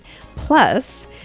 Plus